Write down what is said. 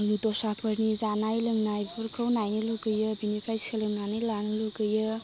दस्राफोरनि जानाय लोंनायफोरखौ नाइनो लुगैयो बिनिफ्राय सोलोंनानै लानो लुगैयो